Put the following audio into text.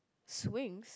swings